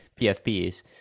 PFPs